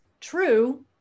true